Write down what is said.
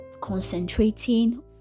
concentrating